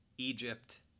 Egypt